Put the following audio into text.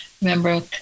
Remember